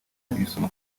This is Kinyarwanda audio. kugisoma